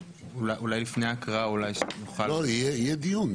אולי לפני ההקראה שנוכל --- יהיה דיון,